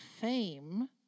fame